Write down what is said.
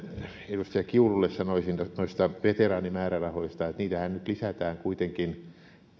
edustaja kiurulle sanoisin noista veteraanimäärärahoista että niitähän nyt lisätään kuitenkin